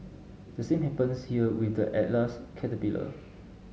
the same happens here with the Atlas caterpillar